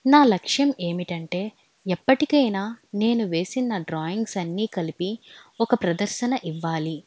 నా లక్ష్యం ఏమిటి అంటే ఎప్పటికైనా నేను వేసిన డ్రాయింగ్స్ అన్నీ కలిపి ఒక ప్రదర్శన ఇవ్వాలి